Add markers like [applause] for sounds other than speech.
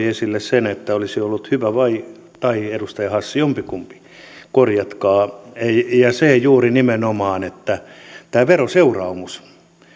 [unintelligible] esille se että olisi ollut hyvä oliko edustaja essayah tai edustaja hassi jompikumpi korjatkaa juuri nimenomaan se että tämä veroseuraamus